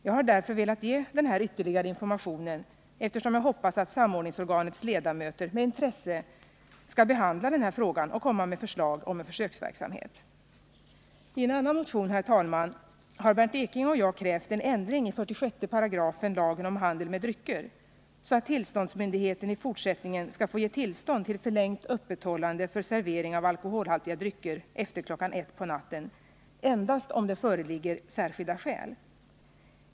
Jag har därför velat ge den här ytterligare informationen, eftersom jag hoppas att samordningsorganets ledamöter med intresse skall behandla denna fråga och komma med ett förslag om en försöksverksamhet. Herr talman! I en annan motion har Bernt Ekinge och jag krävt en ändring i 46§ lagen om handel med drycker, så att tillståndsmyndigheten i fortsättningen skall få ge tillstånd till förlängt öppethållande för servering av alkoholhaltiga drycker efter kl. 01.00 på natten endast om det föreligger särskilda skäl.